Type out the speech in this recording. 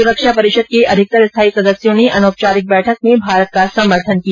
सुरक्षा परिषद के अधिकतर स्थायी सदस्यों ने अनौपचारिक बैठक में भारत का समर्थन किया